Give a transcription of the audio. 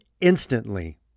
instantly